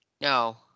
No